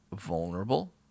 vulnerable